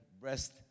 breast